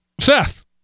seth